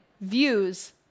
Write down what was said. views